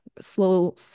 slow